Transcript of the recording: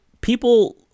people